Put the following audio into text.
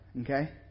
okay